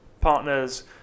partners